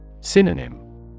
Synonym